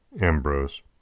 Ambrose